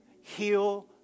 heal